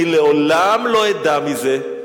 אני לעולם לא אדע מזה,